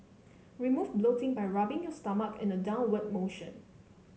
remove bloating by rubbing your stomach in a downward motion